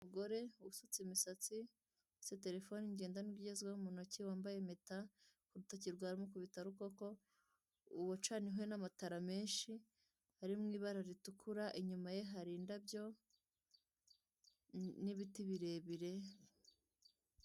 Umugore usutse imisatsi nufite terefone igezweho mu ntoki wambaye impeta ku rutoki rwa mukubitarukoko, ucanweho n'amatara menshi ari mu ibara ritukura, inyuma ye hari indabyo n'ibiti birebire.